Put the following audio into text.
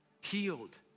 healed